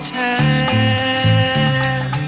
time